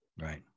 Right